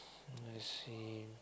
let's see